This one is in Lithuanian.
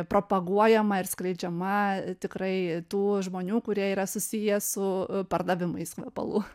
propaguojama ir skleidžiama tikrai tų žmonių kurie yra susiję su pardavimais kvepalų